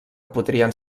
podrien